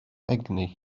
egni